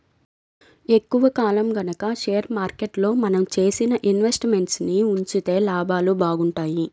ఎక్కువ కాలం గనక షేర్ మార్కెట్లో మనం చేసిన ఇన్వెస్ట్ మెంట్స్ ని ఉంచితే లాభాలు బాగుంటాయి